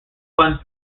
funds